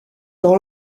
dans